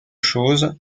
choses